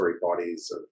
bodies